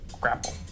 grapple